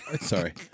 sorry